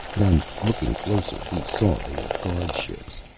then, looking closer, he saw they were guardships.